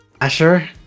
Asher